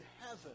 heaven